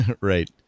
Right